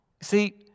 See